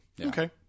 Okay